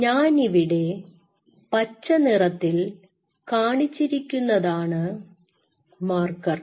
ഞാനിവിടെ പച്ചനിറത്തിൽ കാണിച്ചിരിക്കുന്നതാണ് മാർക്കർ